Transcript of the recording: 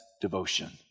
devotion